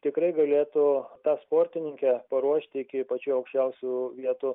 tikrai galėtų tą sportininkę paruošti iki pačių aukščiausių vietų